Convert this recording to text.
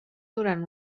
durant